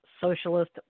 Socialist